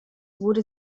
wurde